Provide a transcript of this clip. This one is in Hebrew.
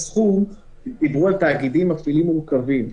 דיברו על תאגידים מופעלים מורכבים,